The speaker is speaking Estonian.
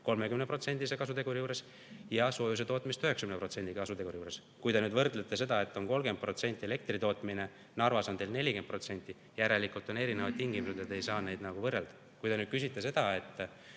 30% kasuteguri juures ja soojusetootmist 90% kasuteguri juures. Kui te nüüd võrdlete seda, et on 30% elektritootmine – Narvas on 40% –, siis järelikult on erinevad tingimused ja te ei saa neid võrrelda. Kui te küsite seda,